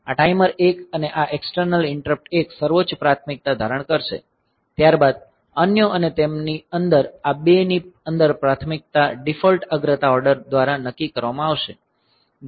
આ ટાઈમર 1 અને આ એક્સટર્નલ ઈંટરપ્ટ 1 સર્વોચ્ચ પ્રાથમિકતા ધારણ કરશે ત્યારબાદ અન્યો અને તેમની અંદર આ બેની અંદર પ્રાથમિકતા ડિફોલ્ટ અગ્રતા ઓર્ડર દ્વારા નક્કી કરવામાં આવશે